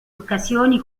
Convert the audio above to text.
occasioni